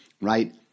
right